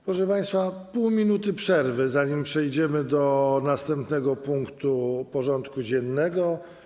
Proszę państwa, pół minuty przerwy, zanim przejdziemy do następnego punktu porządku dziennego.